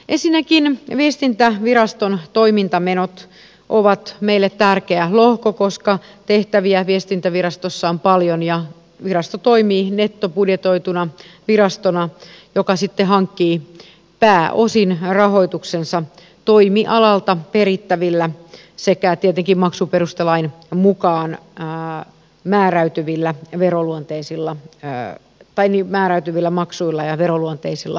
ensinnäkin viestintäviraston toimintamenot ovat meille tärkeä lohko koska tehtäviä viestintävirastossa on paljon ja virasto toimii nettobudjetoituna virastona joka hankkii pääosin rahoituksensa toimialalta perittävillä sekä tietenkin maksuperustelain mukaan määräytyvillä maksuilla ja veroluonteisilla maksuilla